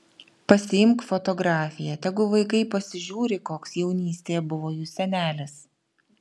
pasiimk fotografiją tegu vaikai pasižiūri koks jaunystėje buvo jų senelis